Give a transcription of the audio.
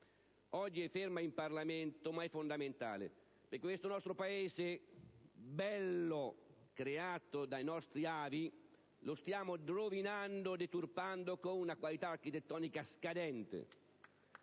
Oggi è fermo in Parlamento, ma è fondamentale. Questo nostro Paese, bello, creato dai nostri avi, lo stiamo deturpando con una qualità architettonica scadente